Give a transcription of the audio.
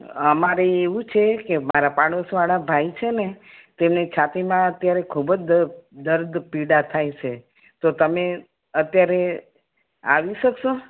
અમારે એવું છે કે મારા પાડોશવાળા ભાઈ છે ને તેમને છાતીમાં અત્યારે ખૂબ જ દર્દ દર્દ પીડા થાય છે તો તમે અત્યારે આવી શકશો